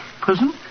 Prison